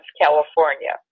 California